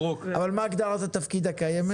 אבל מה הגדרת התפקיד הקיימת?